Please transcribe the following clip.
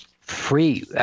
free –